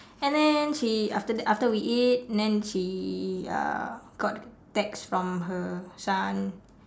and then she after that after we eat then she uh got a text from her son